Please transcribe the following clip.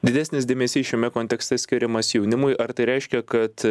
didesnis dėmesys šiame kontekste skiriamas jaunimui ar tai reiškia kad